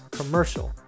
commercial